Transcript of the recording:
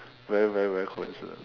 very very very coincident